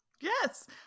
Yes